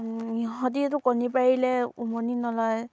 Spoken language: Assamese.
ইহঁতিতো কণী পাৰিলে উমনি নলয়